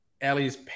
Ellie's